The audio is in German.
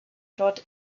dort